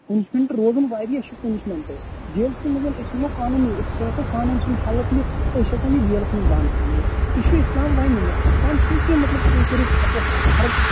punishment روزُن واریاہ چھُ پنشمینٹہٕ ییٚمہِ سۭتۍ مطلب أسۍ نِمو قانوٗنی أسۍ ہٮ۪کَو قانوٗن سُند ہٮ۪لٕپ نِتھ أسۍ ہٮ۪کون یہِ جیلَس منٛز بَند تھانٲیِتھ یہِ چھُ اِسلام وَننہِ اِسلام چھُنہٕ کینٛہہ مطلب تُہۍ کٔرِو سا مطلب